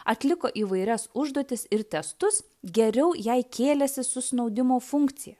atliko įvairias užduotis ir testus geriau jei kėlėsi su snaudimo funkcija